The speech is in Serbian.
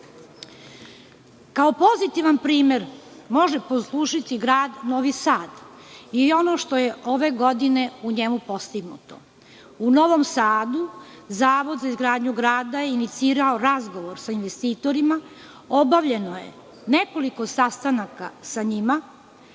pozitivan primer može poslužiti Grad Novi Sad i ono što je ove godine u njemu postignuto. U Novom Sadu Zavod za izgradnju grada je inicirao razgovor sa investitorima, obavljeno je nekoliko sastanaka sa njima,